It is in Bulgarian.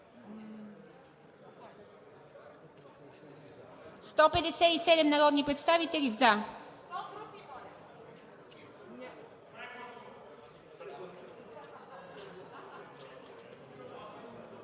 17 народни представители,